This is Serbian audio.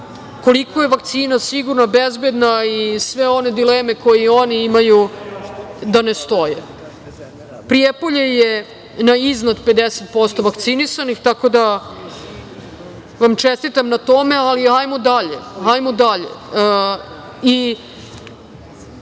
koliko je vakcina sigurna, bezbedna i sve one dileme koje oni imaju da ne stoje. Prijepolje je na iznad 50% vakcinisanih, tako da vam čestitam na tome, ali hajmo dalje. Što